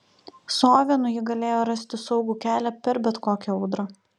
su ovenu ji galėjo rasti saugų kelią per bet kokią audrą